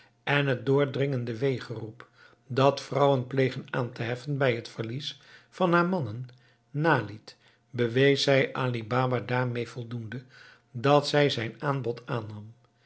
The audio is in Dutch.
en het doordringende weegeroep dat vrouwen plegen aan te heffen bij het verlies van haar mannen naliet bewees zij ali baba daarmee voldoende dat zij zijn aanbod aannam